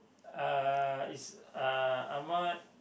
uh is uh ahmad